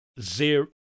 zero